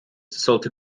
sollte